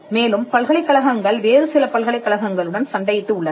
மேலும் பல்கலைக்கழகங்கள் வேறு சில பல்கலைக்கழகங்களுடன் சண்டையிட்டு உள்ளன